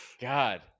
God